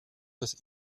fürs